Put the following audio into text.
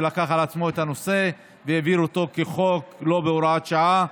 שלקח על עצמו את הנושא והעביר אותו כחוק ולא בהוראת שעה.